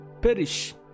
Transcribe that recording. perish